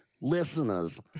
listeners